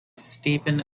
steven